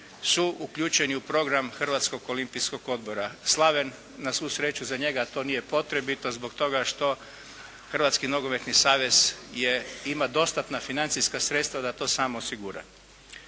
su uključeni u program Hrvatskog olimpijskog odbora. Slaven, na svu sreću za njega to nije potrebito zbog toga što Hrvatski nogometni savez ima dostatna financijska sredstva da to sam osigura.